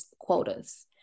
quotas